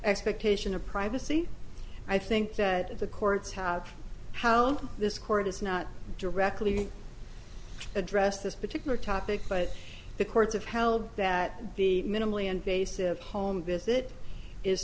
expectation of privacy i think that the courts have held this court is not directly addressed this particular topic but the courts have held that the minimally invasive home visit i